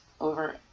over